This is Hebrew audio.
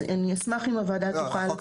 אז אני אשמח אם הוועדה תוכל,